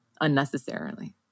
unnecessarily